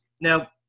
now